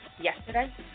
yesterday